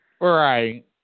right